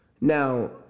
Now